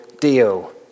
deal